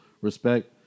respect